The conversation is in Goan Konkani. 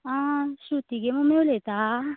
आं श्रुतीगे मम्मी उलयता